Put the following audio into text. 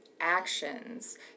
actions